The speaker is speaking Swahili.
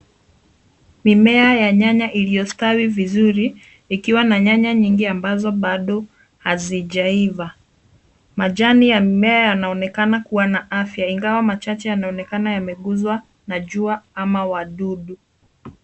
Mimea ya nyanya iliyostawi vizuri ikiwa na nyanya nyingi ambazo bado hazijaiva. Majani ya mimea yanaonekana kuwa na afya, ingawa machache yanaonekana yameguzwa na jua ama wadudu.